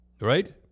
right